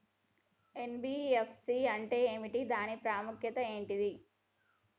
NBFC అంటే ఏమిటి దాని ప్రాముఖ్యత ఏంటిది?